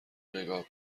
نگاه